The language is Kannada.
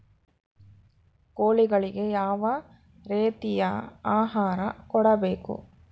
ಕೋಳಿಗಳಿಗೆ ಯಾವ ರೇತಿಯ ಆಹಾರ ಕೊಡಬೇಕು?